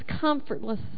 comfortless